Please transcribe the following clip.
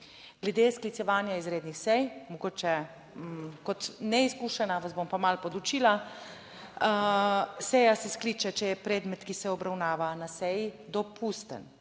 Glede sklicevanja izrednih sej mogoče kot neizkušena vas bom pa malo podučila. Seja se skliče, če je predmet, ki se obravnava na seji, dopusten,